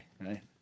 right